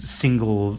single